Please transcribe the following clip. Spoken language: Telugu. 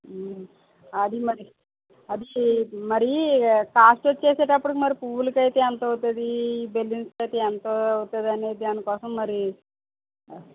అది మరి అది మరి కాస్ట్ వచ్చేటప్పటికి మరి పువ్వులకు అయితే ఎంత అవుతుంది బెలూన్స్కు అయితే ఎంత అవుతుంది అనే దానికోసం మరి అ